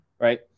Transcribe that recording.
Right